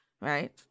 right